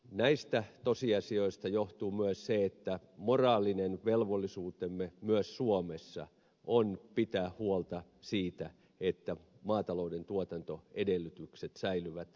näistä tosiasioista johtuu myös se että moraalinen velvollisuutemme myös suomessa on pitää huolta siitä että maatalouden tuotantoedellytykset säilyvät kaikkialla suomessa